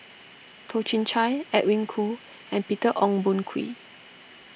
Toh Chin Chye Edwin Koo and Peter Ong Boon Kwee